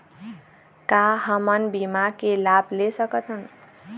का हमन बीमा के लाभ ले सकथन?